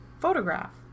photograph